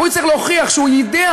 הוא יצטרך להוכיח שהוא יידע.